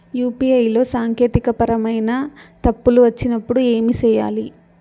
UPI లో సాంకేతికపరమైన పరమైన తప్పులు వచ్చినప్పుడు ఏమి సేయాలి